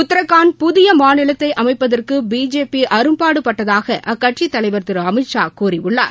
உத்தரகாண்ட் புதிய மாநிலத்தை அமைப்பதற்கு பிஜேபி அரும்பாடு பட்டதாக அக்கட்சித் தலைவர் திரு அமித் ஷா கூறியுள்ளார்